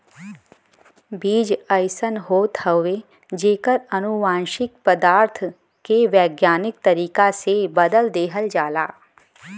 बीज अइसन होत हउवे जेकर अनुवांशिक पदार्थ के वैज्ञानिक तरीका से बदल देहल जाला